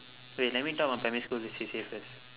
wait let me talk about my primary school C_C_A first